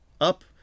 up